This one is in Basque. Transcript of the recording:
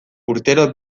urtero